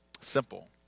simple